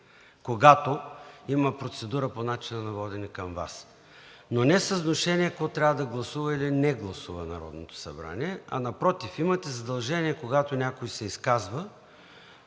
когато има процедура по начина на водене към Вас, но не с внушение какво трябва да гласува или да не гласува Народното събрание, а напротив, имате задължение, когато някой се изказва,